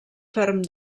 ferm